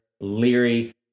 Leary